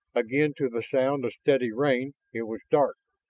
again to the sound of steady rain, it was dark.